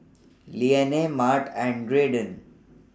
Lennie Mart and Graydon